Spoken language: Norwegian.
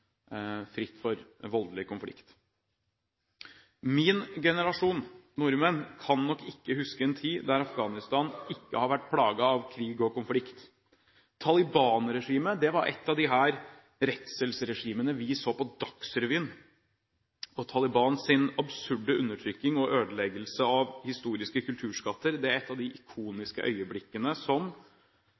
fritt samfunn, fritt for voldelig konflikt. Min generasjon nordmenn kan nok ikke huske en tid da Afghanistan ikke har vært plaget av krig og konflikt. Taliban-regimet var et av disse redselsregimene vi så på Dagsrevyen. Talibans absurde undertrykking og ødeleggelse av historiske kulturskatter er et av de ikoniske øyeblikkene som